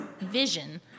vision